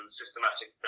systematic